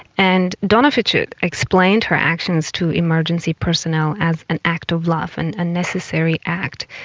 and donna fitchett explained her actions to emergency personnel as an act of love and a necessary act,